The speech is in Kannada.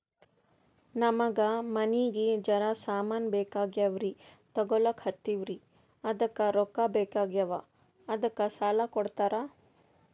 ನಮಗ ಮನಿಗಿ ಜರ ಸಾಮಾನ ಬೇಕಾಗ್ಯಾವ್ರೀ ತೊಗೊಲತ್ತೀವ್ರಿ ಅದಕ್ಕ ರೊಕ್ಕ ಬೆಕಾಗ್ಯಾವ ಅದಕ್ಕ ಸಾಲ ಕೊಡ್ತಾರ?